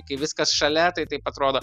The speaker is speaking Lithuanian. kai viskas šalia tai taip atrodo